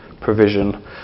provision